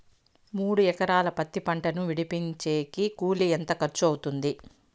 మూడు ఎకరాలు పత్తి పంటను విడిపించేకి కూలి ఎంత ఖర్చు అవుతుంది?